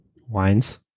wines